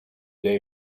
day